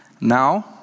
Now